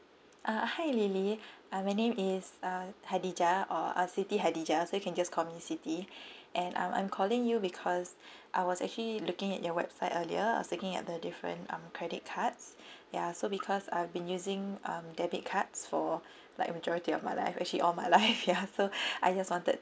uh hi lily uh my name is uh khadijah or uh siti khadijah so you can just call me siti and I'm I'm calling you because I was actually looking at your website earlier I was looking at the different um credit cards ya so because I've been using um debit cards for like majority of my life actually all my life ya so I just wanted